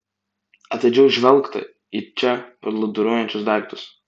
atidžiau žvelgta į čia plūduriuojančius daiktus